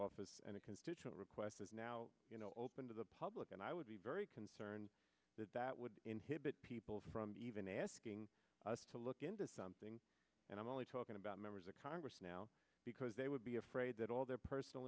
office and a constituent request is now open to the public and i would be very concerned that that would inhibit people from even asking us to look into something and i'm only talking about members of congress now because they would be afraid that all their personal